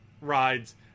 rides